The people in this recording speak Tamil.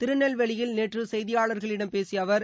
திருநெல்வேலியில் நேற்று செய்தியாளர்களிடம் பேசிய அவர்